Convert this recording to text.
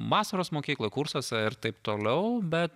vasaros mokykloj kursuose ir taip toliau bet